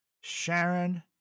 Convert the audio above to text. Sharon